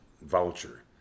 voucher